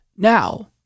Now